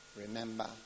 remember